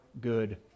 good